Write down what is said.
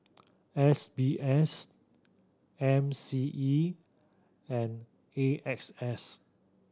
S B S M C E and A X S